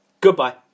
Goodbye